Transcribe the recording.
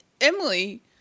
emily